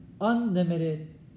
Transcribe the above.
unlimited